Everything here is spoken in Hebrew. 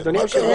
מה קרה?